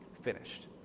finished